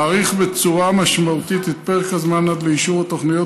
מאריך בצורה משמעותית את פרק הזמן עד לאישור התוכניות,